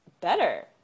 better